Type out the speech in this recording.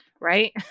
Right